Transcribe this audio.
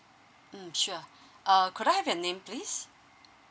mm sure uh could I have your name please